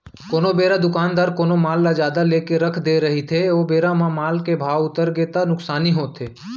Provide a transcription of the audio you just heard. कोनो बेरा दुकानदार कोनो माल जादा लेके रख दे रहिथे ओ बेरा माल के भाव उतरगे ता नुकसानी होथे